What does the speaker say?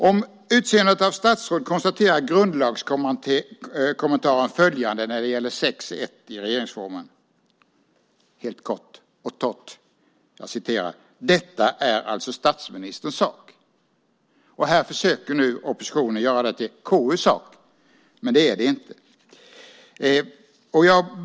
Om utseende av statsråd enligt 6 kap. 1 § i regeringsformen konstaterar grundlagskommentaren följande, kort och torrt: Detta är alltså statsministerns sak. Här försöker nu oppositionen göra detta till KU:s sak, men det är det inte.